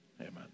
Amen